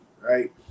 right